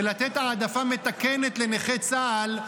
ולתת העדפה מתקנת לנכי צה"ל,